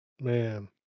Man